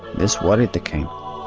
this worried, the king,